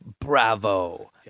Bravo